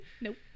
Nope